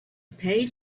paid